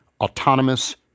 Autonomous